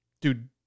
Dude